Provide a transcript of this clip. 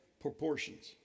proportions